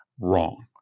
Wrong